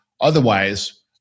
Otherwise